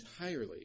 entirely